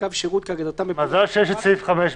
בקו שירות כהגדרתו --- מזל שיש את סעיף 5 בחוק.